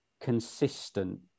consistent